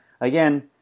again